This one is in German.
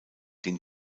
den